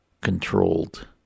controlled